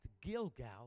Gilgal